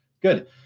Good